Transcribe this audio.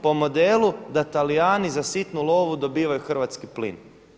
Po modelu da Talijani za sitnu lovu dobivaju hrvatski plin.